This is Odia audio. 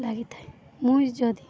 ଲାଗିଥାଏ ମୁଇଁ ଯଦି